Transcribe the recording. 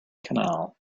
canal